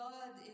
God